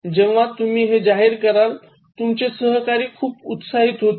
जेव्हा तुम्ही हे जाहीर कराल तुमचे सहकारी खूप उत्साहित होतील